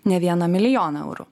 ne vieną milijoną eurų